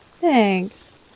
Thanks